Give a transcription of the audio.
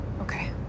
Okay